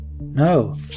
no